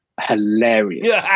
hilarious